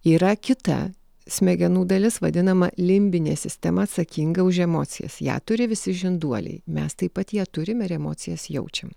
yra kita smegenų dalis vadinama limbinė sistema atsakinga už emocijas ją turi visi žinduoliai mes taip pat ją turim ir emocijas jaučiam